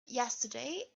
yesterday